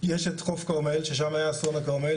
יש את חוף כרמל ששם היה אסון הכרמל,